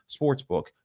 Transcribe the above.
Sportsbook